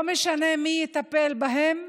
לא משנה מי יטפל בהם,